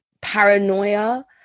paranoia